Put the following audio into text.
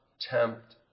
tempt